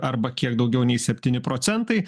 arba kiek daugiau nei septyni procentai